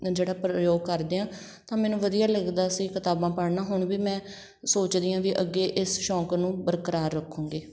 ਜਿਹੜਾ ਪ੍ਰਯੋਗ ਕਰਦੇ ਹਾਂ ਤਾਂ ਮੈਨੂੰ ਵਧੀਆ ਲੱਗਦਾ ਸੀ ਕਿਤਾਬਾਂ ਪੜ੍ਹਨਾ ਹੁਣ ਵੀ ਮੈਂ ਸੋਚਦੀ ਹਾਂ ਵੀ ਅੱਗੇ ਇਸ ਸ਼ੌਂਕ ਨੂੰ ਬਰਕਰਾਰ ਰੱਖੂੰਗੇ